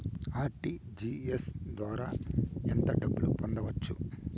RTGS ద్వారా ఎంత డబ్బు పంపొచ్చు?